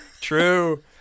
True